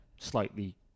slightly